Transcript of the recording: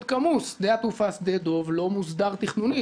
כמוס שדה התעופה דב לא מוסדר תכנונית.